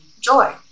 joy